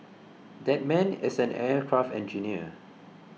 that man is an aircraft engineer